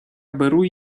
беру